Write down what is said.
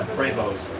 prevost,